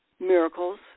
miracles